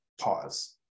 pause